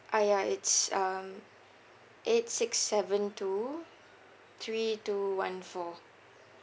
ah ya it's um eight six seven two three two one four